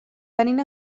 tenint